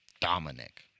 Dominic